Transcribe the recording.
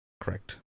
correct